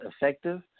effective